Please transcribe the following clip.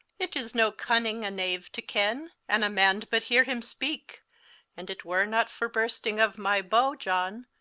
it is no cunning a knave to ken, and a man but heare him speake and itt were not for bursting of my bowe, john,